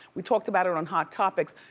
we talked about it on hot topics,